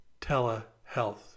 telehealth